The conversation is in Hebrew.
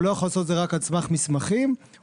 הוא לא יכול לעשות את זה רק על סמך מסמכים אלא